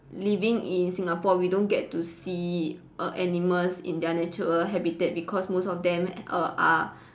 living in Singapore we don't get to see err animals in their natural habitat because most of them err are